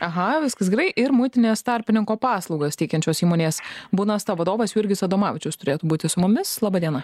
aha viskas gerai ir muitinės tarpininko paslaugas teikiančios įmonės bunasta vadovas jurgis adomavičius turėtų būti su mumis laba diena